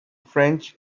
french